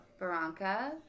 Baranka